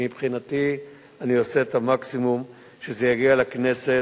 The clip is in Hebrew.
מבחינתי, אני עושה את המקסימום שזה יגיע לכנסת.